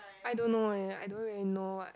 I don't know eh I don't really know what